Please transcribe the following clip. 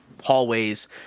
hallways